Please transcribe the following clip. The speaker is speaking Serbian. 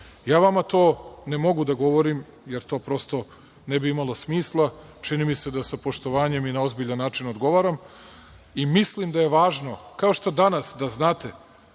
Ja vama to ne mogu da govorim, jer to prosto ne bi imalo smisla. Čini mi se da sa poštovanjem i na ozbiljan način odgovaram. Mislim da je važno, kao što danas, da znate,